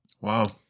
Wow